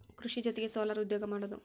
ಕೃಷಿ ಜೊತಿಗೆ ಸೊಲಾರ್ ಉದ್ಯೋಗಾ ಮಾಡುದು